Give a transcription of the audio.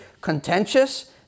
contentious